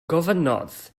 gofynnodd